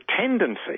tendency